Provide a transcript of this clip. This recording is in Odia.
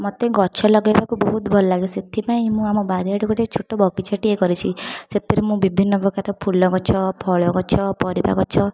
ମୋତେ ଗଛ ଲଗାଇବାକୁ ବହୁତ ଭଲ ଲାଗେ ସେଥିପାଇଁ ମୁଁ ଆମ ବାରି ଆଡ଼େ ଗୋଟେ ଛୋଟ ବଗିଚାଟିଏ କରିଛି ସେଥିରେ ମୁଁ ବିଭିନ୍ନ ପ୍ରକାର ଫୁଲ ଗଛ ଫଳ ଗଛ ପରିବା ଗଛ